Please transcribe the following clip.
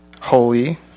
holy